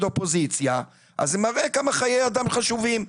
אופוזיציה אז זה מראה כמה חיי אדם חשובים.